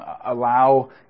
allow